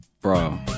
Bro